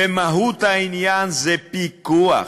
ומהות העניין היא פיקוח.